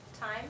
Time